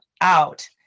out